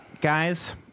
Guys